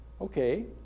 Okay